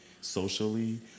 socially